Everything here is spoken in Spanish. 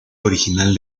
original